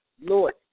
Lord